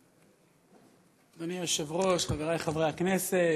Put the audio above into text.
אדוני היושב-ראש, חברי חברי הכנסת,